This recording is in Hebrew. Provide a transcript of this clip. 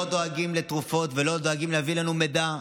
לא דואגים לתרופות ולא דואגים להביא לנו מידע.